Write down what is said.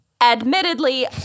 Admittedly